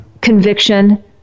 Conviction